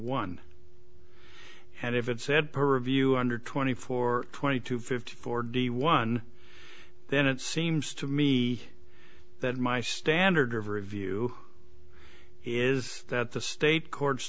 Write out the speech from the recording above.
one and if it said purview under twenty four twenty two fifty four d one then it seems to me that my standard of review is that the state co